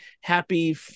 Happy